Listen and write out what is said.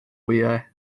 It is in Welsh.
wyau